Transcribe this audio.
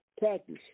practice